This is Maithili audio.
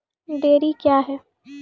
डेयरी क्या हैं?